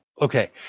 Okay